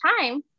time